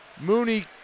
Mooney